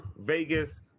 Vegas